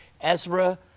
Ezra